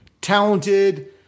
Talented